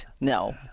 No